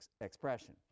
expression